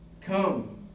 Come